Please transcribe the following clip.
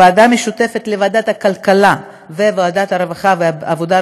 ועדה משותפת לוועדת הכלכלה וועדת העבודה,